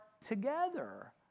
together